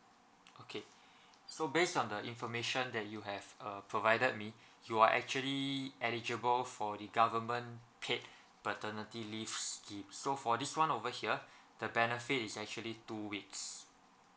okay so based on the information that you have uh provided me you are actually eligible for the government paid paternity leaves scheme so for this one over here the benefit is actually two weeks